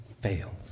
fails